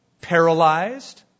paralyzed